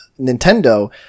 Nintendo